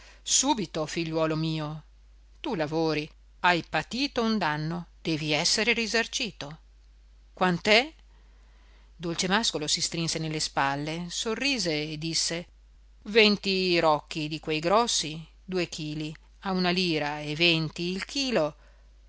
subito figliuolo mio tu lavori hai patito un danno devi essere risarcito quant'è dolcemàscolo si strinse nelle spalle sorrise e disse venti rocchi di quei grossi due chili a una lira e venti il chilo